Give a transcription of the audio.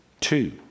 Two